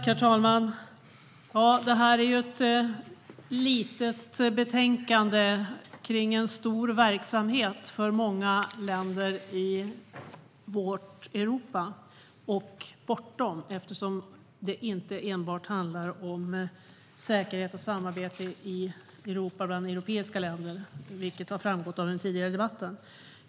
Herr talman! Detta är ett litet betänkande som rör en stor verksamhet för många länder i och bortom vårt Europa. Det handlar ju inte enbart om säkerhet och samarbete i Europa och de europeiska länderna, vilket har framgått tidigare i debatten.